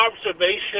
observation